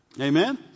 Amen